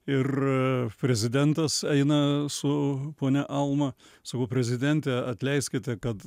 ir prezidentas eina su ponia alma sakau prezidente atleiskite kad